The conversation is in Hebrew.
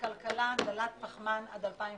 לכלכלה דלת פחמן עד 2050,